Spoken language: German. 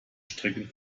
strecken